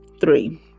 three